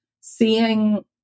seeing